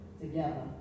together